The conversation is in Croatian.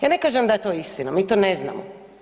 Ja ne kažem da je to istina, mi to ne znamo.